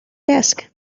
desk